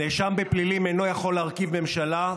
נאשם בפלילים אינו יכול להרכיב ממשלה.